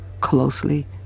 closely